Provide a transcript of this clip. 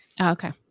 Okay